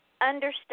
understand